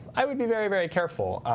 i would be very, very careful